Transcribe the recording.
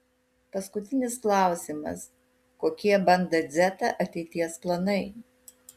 paskutinis klausimas kokie banda dzeta ateities planai